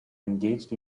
engaged